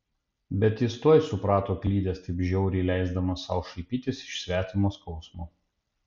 bet jis tuoj suprato klydęs taip žiauriai leisdamas sau šaipytis iš svetimo skausmo